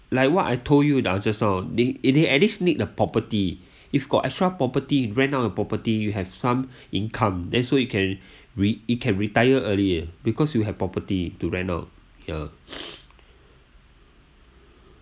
like what I told you the answer now it is at least need the property if got extra property ran out of property you have some income that's why you can re~ it can retire earlier because you have property to rent out here